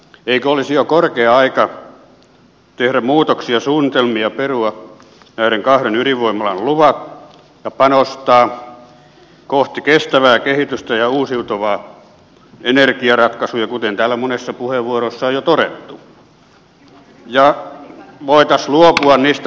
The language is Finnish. eikö olisi jo korkea aika tehdä muutoksia suunnitelmiin ja perua näiden kahden ydinvoimalan luvat ja panostaa kohti kestävää kehitystä ja uusiutuvia energiaratkaisuja kuten täällä monessa puheenvuorossa on jo todettu ja luopua niiden vanhojen päätösten orjuudesta